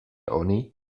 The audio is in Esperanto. oni